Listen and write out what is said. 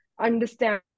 understand